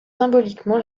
symboliquement